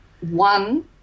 one